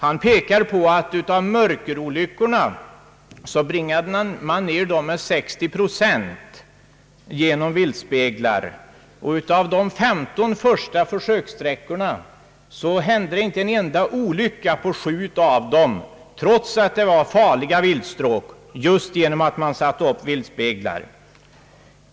Han pekar på att mörkerolyckorna nedbringades med 60 procent tack vare viltspeglar, och på sju av de femton första försökssträckorna, där viltspeglar funnits uppsatta, hände inte en enda olycka trots att det där var fråga om farliga viltstråk.